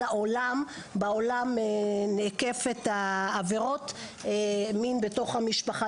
בעולם נאכפות עבירות מין בתוך המשפחה,